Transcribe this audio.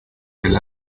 del